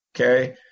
okay